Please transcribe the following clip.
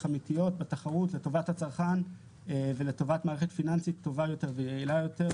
אמיתיות בתחרות לטובת הצרכן ולטובת מערכת פיננסית טובה יותר ויעילה יותר.